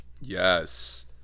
yes